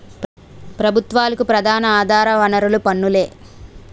ప్రభుత్వాలకు ప్రధాన ఆధార వనరులు పన్నులే